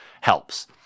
helps